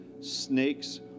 snakes